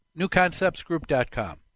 Newconceptsgroup.com